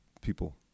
people